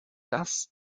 das